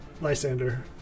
Lysander